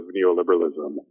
Neoliberalism